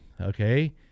okay